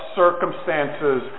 circumstances